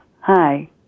hi